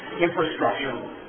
infrastructure